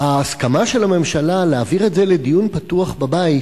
ההסכמה של הממשלה להעביר את זה לדיון פתוח בבית